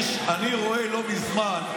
אני רואה לא מזמן,